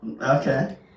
Okay